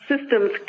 systems